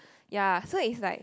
ya so it's like